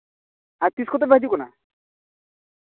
ᱟᱨ ᱛᱤᱥ ᱠᱚᱛᱮ ᱯᱮ ᱦᱤᱡᱩᱜ ᱠᱟᱱᱟ